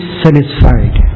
satisfied